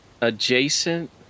Adjacent